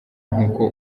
nk’uko